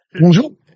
Bonjour